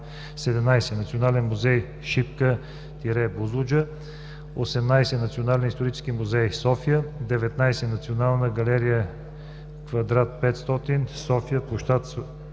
17. Национален музей „Шипка – Бузлуджа“; 18. Национален исторически музей – София; 19. Национална галерия Квадрат 500 – София, пл. „Св.